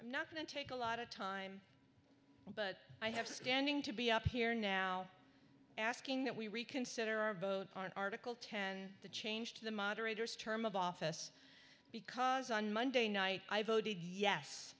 i'm not going to take a lot of time but i have standing to be up here now asking that we reconsider our vote on article ten the change to the moderators term of office because on monday night i voted yes